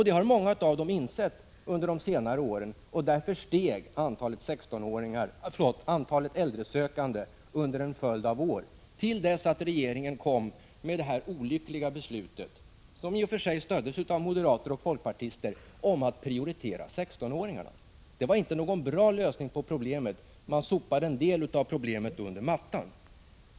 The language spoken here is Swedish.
Det har många av dem insett under de senare åren, och därför steg antalet äldresökande under en följd av år till dess att regeringen kom med detta olyckliga beslut — som i och för sig stöddes av moderater och folkpartister — om att prioritera 16-åringarna. Det var inte någon bra lösning av problemet. Man sopar en del av problemet under mattan.